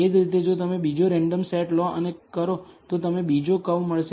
એ જ રીતે જો તમે બીજો રેન્ડમ સેટ લો અને કરો તો તમે બીજો કર્વ મળશે